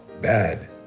bad